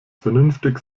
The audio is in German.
vernünftig